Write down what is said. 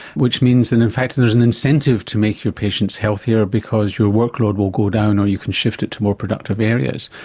which means and in fact that and there's an incentive to make your patients healthier because your workload will go down or you can shift it to more productive areas.